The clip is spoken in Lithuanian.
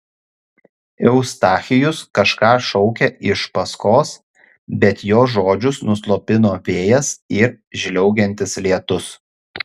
eustachijus kažką šaukė iš paskos bet jo žodžius nuslopino vėjas ir žliaugiantis lietus